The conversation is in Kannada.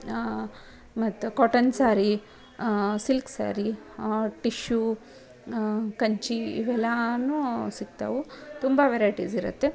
ಮತ್ತು cotton sari silk sari tissue Kanchi ಇವೆಲ್ಲನೂ ಸಿಗ್ತವೆ ತುಂಬ ವೆರೈಟೀಸ್ ಇರುತ್ತೆ